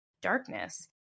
Darkness